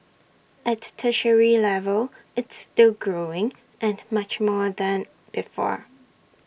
at tertiary level it's still growing and much more than before